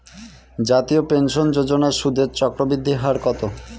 জাতীয় পেনশন যোজনার সুদের চক্রবৃদ্ধি হার কত?